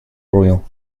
royal